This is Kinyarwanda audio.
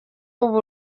ubu